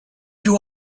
you